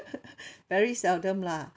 very seldom lah